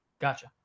Gotcha